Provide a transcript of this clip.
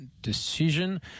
decision